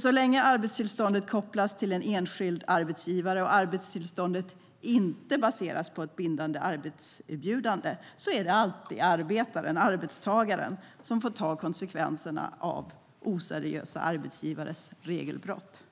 Så länge arbetstillståndet kopplas till en enskild arbetsgivare och arbetstillståndet inte baseras på ett bindande arbetserbjudande är det alltid arbetaren, arbetstagaren, som får ta konsekvenserna av oseriösa arbetsgivares regelbrott.